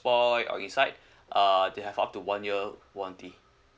spoil or inside uh they have up to one year warranty